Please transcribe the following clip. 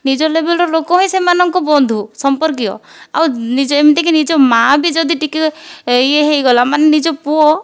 ନିଜ ଲେବଲର ଲୋକ ହିଁ ସେମାନଙ୍କ ବନ୍ଧୁ ସମ୍ପର୍କୀୟ ଆଉ ଯେମିତି କି ନିଜ ମାଆ ବି ଯଦି ଟିକିଏ ଇଏ ହୋଇଗଲା ମାନେ ନିଜ ପୁଅ